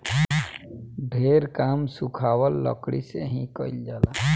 ढेर काम सुखावल लकड़ी से ही कईल जाला